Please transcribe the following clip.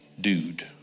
dude